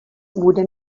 bude